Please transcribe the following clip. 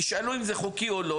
תשאלו אם זה חוקי או לא,